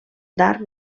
d’arc